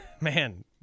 Man